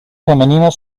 femeninas